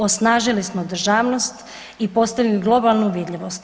Osnažili smo državnost i postavili globalnu vidljivost.